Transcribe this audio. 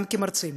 גם כמרצים,